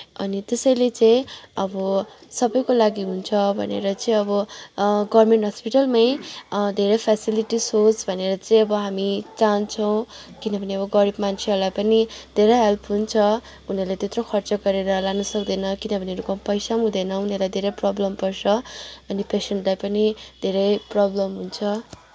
अनि त्यसैले चाहिँ अब सबैको लागि हुन्छ भनेर चाहिँ अब गर्मेन्ट हस्पिटलमै धेरै फेसिलिटिज होस् भनेर चाहिँ अब हामी चाहन्छौँ किनभने अब गरिब मान्छेहरूलाई पनि धेरै हेल्प हुन्छ उनीहरूले त्यत्रो खर्च गरेर लानु सक्दैन किनभने पैसा पनि हुँदैन उनीहरूलाई धेरै प्रोब्लम पर्छ अनि पेसेन्टलाई पनि धेरै प्रोब्लम हुन्छ